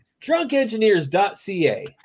DrunkEngineers.ca